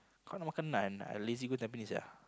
kau nak makan naan I lazy go Tampines sia